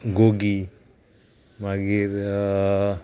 गोगी मागीर